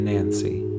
Nancy